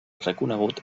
reconegut